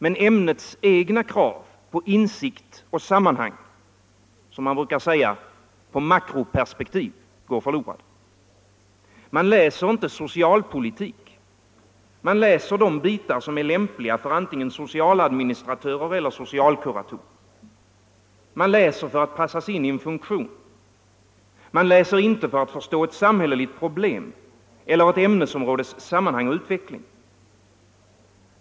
Men ämnets egna krav på insikt och sammanhang — som man brukar säga: på makroperspektiv — går förlorade. Man läser inte socialpolitik. Man läser de bitar som är lämpliga för antingen socialadministratörer eller socialkuratorer. Man läser för att kunna passas in i en funktion. Man läser inte för att förstå ett samhälleligt problem eller ett ämnesområdes sammanhang och utveckling.